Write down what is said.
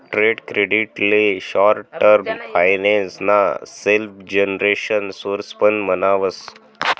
trade credit ले short term finance ना self generation source पण म्हणावस